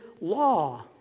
law